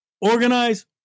Organize